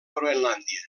groenlàndia